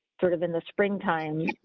sort of in the spring time,